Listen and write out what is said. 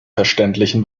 verständlichen